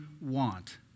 want